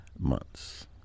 months